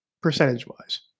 percentage-wise